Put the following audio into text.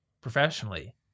professionally